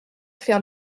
faire